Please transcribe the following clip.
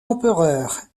empereur